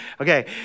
Okay